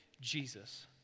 Jesus